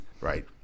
right